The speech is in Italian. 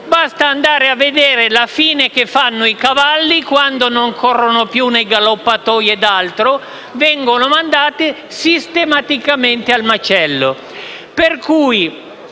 basta andare a vedere la fine che fanno i cavalli quando non corrono più nei galoppatoi: vengono mandati sistematicamente al macello.